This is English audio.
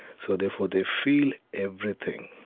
so therefore they feel everything.